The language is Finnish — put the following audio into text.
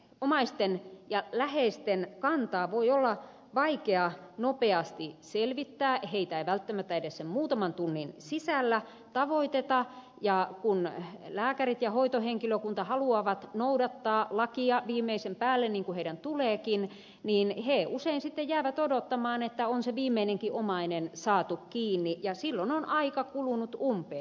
omaisten ja läheisten kantaa voi olla vaikea nopeasti selvittää heitä ei välttämättä edes sen muutaman tunnin sisällä tavoiteta ja kun lääkärit ja hoitohenkilökunta haluavat noudattaa lakia viimeisen päälle niin kuin heidän tuleekin niin he usein sitten jäävät odottamaan että on se viimeinenkin omainen saatu kiinni ja silloin on aika kulunut umpeen